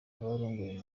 abarongoye